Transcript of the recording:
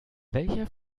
welcher